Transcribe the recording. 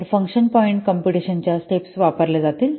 तर function point computation च्या steps वापरल्या जातात